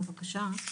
בבקשה.